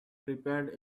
prepared